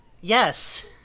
Yes